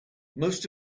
most